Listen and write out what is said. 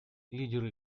лидеры